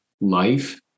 life